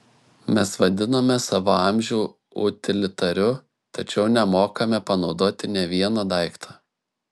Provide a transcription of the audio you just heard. mes vadiname savo amžių utilitariu tačiau nemokame panaudoti nė vieno daikto